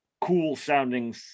cool-sounding